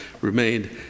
remained